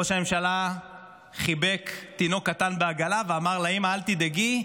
ראש הממשלה חיבק תינוק קטן בעגלה ואמר לאימא: אל תדאגי,